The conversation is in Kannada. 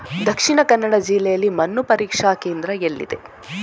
ದಕ್ಷಿಣ ಕನ್ನಡ ಜಿಲ್ಲೆಯಲ್ಲಿ ಮಣ್ಣು ಪರೀಕ್ಷಾ ಕೇಂದ್ರ ಎಲ್ಲಿದೆ?